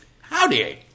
Howdy